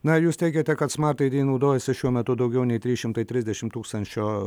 na jūs teigiate kad man tai naudojasi šiuo metu daugiau nei trys šimtai trisdešimt tūkstančių